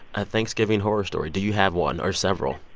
a thanksgiving horror story. do you have one or several?